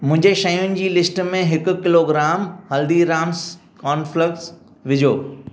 मुंहिंजे शयुनि जी लिस्ट में हिकु किलोग्राम हल्दीराम्स कॉर्नफ़्लेक्स विझो